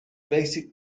basic